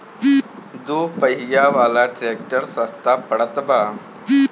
दू पहिया वाला ट्रैक्टर सस्ता पड़त बा